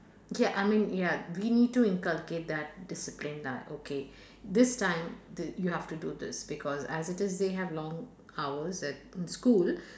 ya I mean ya we need to inculcate that discipline lah okay this time t~ you have to do this because as it is they have long hours at school